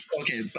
Okay